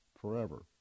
forever